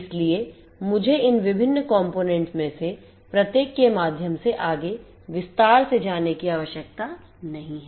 इसलिए मुझे इन विभिन्न components में से प्रत्येक के माध्यम से आगे विस्तार से जाने की आवश्यकता नहीं है